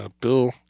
Bill